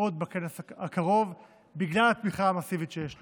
עוד בכנס הקרוב בגלל התמיכה המסיבית שיש לו.